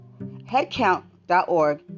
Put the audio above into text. Headcount.org